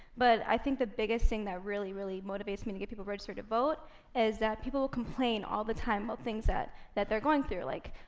but i think the biggest thing that really, really motivates me to get people registered to vote is that people complain all the time about things that that they're going through, like,